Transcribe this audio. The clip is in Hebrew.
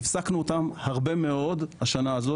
והפסקנו אותן הרבה מאוד השנה הזאת,